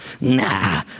Nah